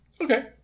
Okay